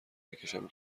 نکشم